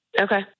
Okay